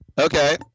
Okay